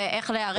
ואיך להיערך לזה.